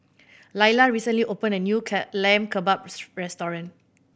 Laila recently opened a new Lamb Kebabs Restaurant